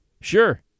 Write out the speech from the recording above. Sure